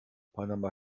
panama